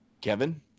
Kevin